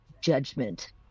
judgment